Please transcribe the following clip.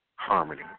Harmony